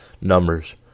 numbers